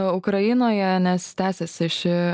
ukrainoje nes tęsiasi ši